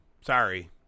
Sorry